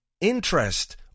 interest